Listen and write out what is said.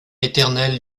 éternelle